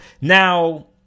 Now